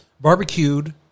barbecued